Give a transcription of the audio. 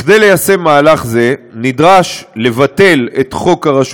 כדי ליישם מהלך זה נדרש לבטל את חוק הרשות